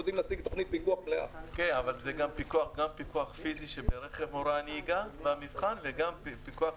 גם פיקוח פיזי וגם פיקוח